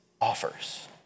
offers